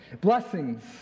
blessings